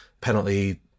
penalty